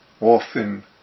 often